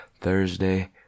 Thursday